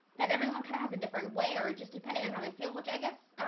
that everyone kind of has a different way or just depending on how they feel which i guess